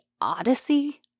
Odyssey